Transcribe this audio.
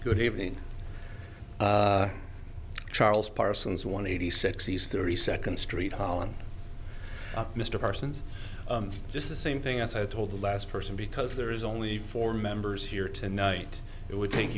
good evening charles parsons one eighty six these three second street holland mr parsons just the same thing as i told the last person because there is only four members here tonight it would take